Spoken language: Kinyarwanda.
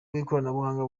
bw’ikoranabuhanga